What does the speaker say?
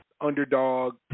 underdog